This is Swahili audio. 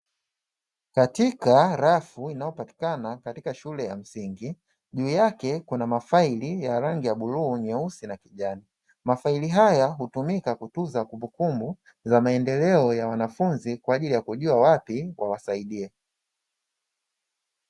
Katika shelfu inayopatikana katika shule ya msingi juu yake kuna mafaili ya rangi ya bluu, nyeusi na kijani. Mafaili haya hutumika kutuza kumbukumbu za maendeleo ya wanafunzi kwa ajili ya kujua wapi wawasaidie.